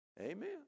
Amen